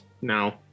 no